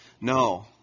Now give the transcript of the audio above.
No